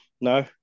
No